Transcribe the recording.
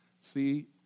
See